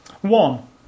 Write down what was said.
One